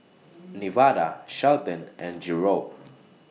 Nevada Shelton and Jerod